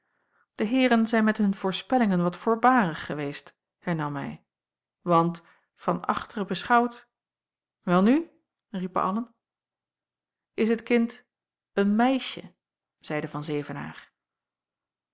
de heeren zijn met hun voorspellingen wat voorbarig geweest hernam hij want van achteren beschouwd welnu riepen allen is het kind een meisje zeide van